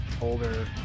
older